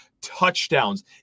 touchdowns